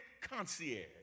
concierge